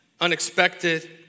unexpected